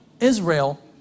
Israel